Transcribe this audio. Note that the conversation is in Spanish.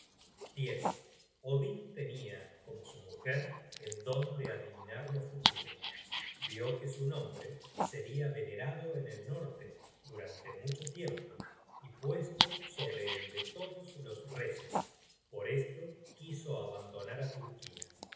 frigga odin tenia como su mujer el don de adivinar lo futuro vió que su nombre seria venerado en el norte durante mucho tiempo y puesto sobre el de todos los reyes por esto quiso abandonar á turquía